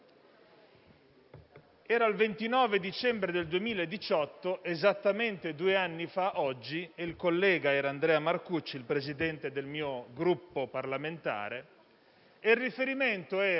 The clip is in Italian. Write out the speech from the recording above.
Era il 29 dicembre 2018, esattamente due anni fa oggi, e il collega era Andrea Marcucci, il Presidente del mio Gruppo parlamentare e il riferimento era